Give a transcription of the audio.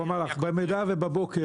הוא אמר לך: במידה שבבוקר,